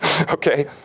Okay